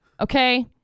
Okay